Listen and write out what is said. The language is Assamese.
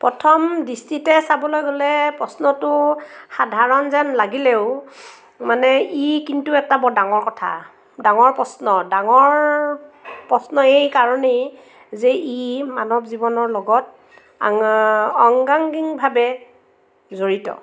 প্ৰথম দৃষ্টিতে চাবলৈ গ'লে প্ৰশ্নটো সাধাৰণ যেন লাগিলেও মানে ই কিন্তু এটা বৰ ডাঙৰ কথা ডাঙৰ প্ৰশ্ন ডাঙৰ প্ৰশ্ন এই কাৰণেই যে ই মানৱ জীৱনৰ লগত আং অংগাংগিভাৱে জড়িত